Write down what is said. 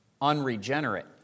unregenerate